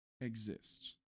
exists